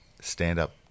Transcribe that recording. stand-up